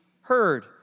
heard